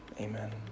Amen